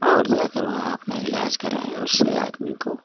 और जाकर वहाँ अपना इलाज कराए उससे आदमी को